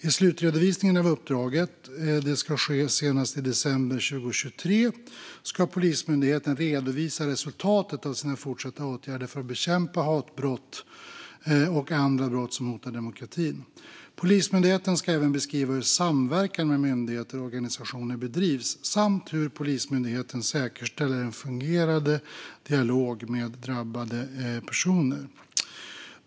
I slutredovisningen av uppdraget, som ska ske senast i december 2023, ska Polismyndigheten redovisa resultatet av sina fortsatta åtgärder för att bekämpa hatbrott och andra brott som hotar demokratin. Polismyndigheten ska även beskriva hur samverkan med myndigheter och organisationer bedrivs samt hur Polismyndigheten säkerställer en fungerande dialog med drabbade personer.